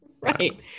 Right